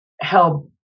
help